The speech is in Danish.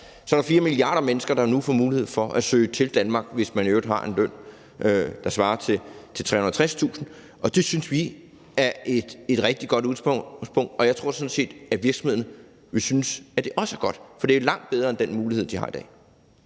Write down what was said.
at Radikale besinder sig og gør – får muligheden for at søge til Danmark, hvis man i øvrigt har en løn, der svarer til 360.000 kr. Det synes vi er et rigtig godt udgangspunkt, og jeg tror sådan set også, at virksomhederne vil synes, at det er godt. For det er jo langt bedre end den mulighed, de har i dag.